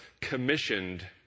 commissioned